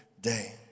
day